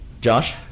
josh